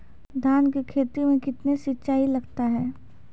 धान की खेती मे कितने सिंचाई लगता है?